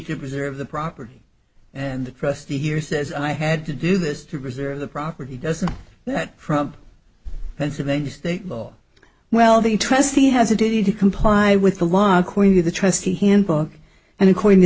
to preserve the property and the press the here says i had to do this to preserve the property doesn't that from pennsylvania state law well the trustee has a duty to comply with the law according to the trustee handbook and according to